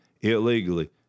illegally